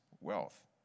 wealth